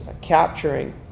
capturing